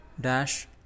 dash